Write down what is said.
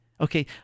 Okay